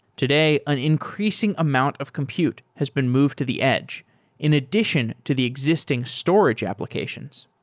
today, an increasing amount of compute has been moved to the edge in addition to the existing storage applications.